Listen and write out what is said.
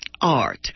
art